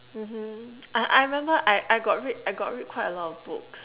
mmhmm I I remember I I got read I got read quite a lot of books